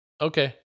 okay